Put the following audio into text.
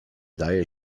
daje